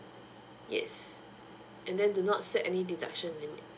yes and then do not set any deduction limit